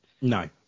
No